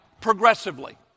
progressively